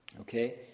Okay